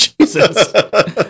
Jesus